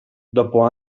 dopo